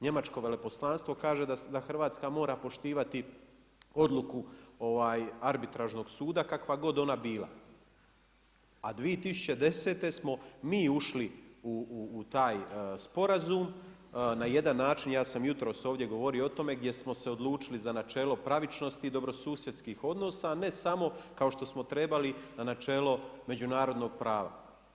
Njemačko veleposlanstvo kaže da Hrvatska mora poštivati odluku arbitražnog suda kakva god ona bila, a 2010. smo mi ušli u taj sporazum, na jedan način, ja sam jutros ovdje govorio o tome, gdje smo se odlučili za načelo pravičnosti i dobrosusjedskih odnosa, a ne samo kao što smo trebali na načelo međunarodnog prava.